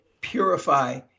purify